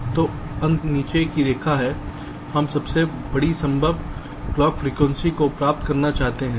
तो अंत में नीचे की रेखा है हम सबसे बड़ी संभव घड़ी आवृत्ति को प्राप्त करना चाहते हैं